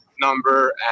number